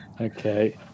Okay